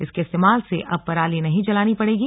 इनके इस्तेमाल से अब पराली नही जलानी पड़ेगी